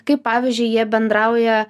kaip pavyzdžiui jie bendrauja